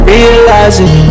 Realizing